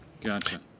Gotcha